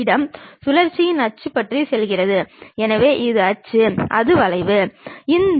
3 பக்கங்களும் தனித்தனியாக காட்டாமல் ஒரே படத்தில் காட்டப்படும்